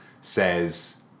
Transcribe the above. says